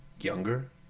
younger